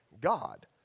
God